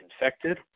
infected